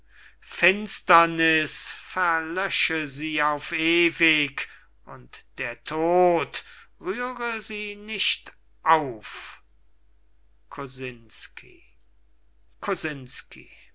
finsterniß verlösche sie auf ewig und der tod rühre sie nicht auf kosinsky kosinsky